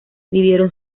vivieron